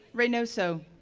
reinoso,